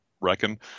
reckon –